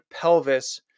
pelvis